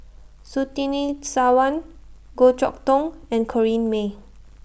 Surtini Sarwan Goh Chok Tong and Corrinne May